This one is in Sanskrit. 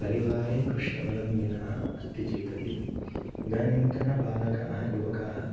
परिवारे कृष्यवलम्बिनः अस्ति चेत् अपि इदानीन्तन बालकाः युवकाः